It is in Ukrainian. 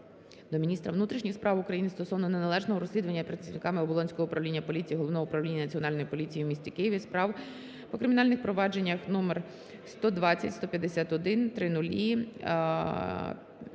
до міністра внутрішніх справ України стосовно неналежного розслідування працівниками Оболонського управління поліції Головного управління Національної поліції у місті Києві справ по кримінальних провадженнях № 12015100050005781